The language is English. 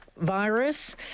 virus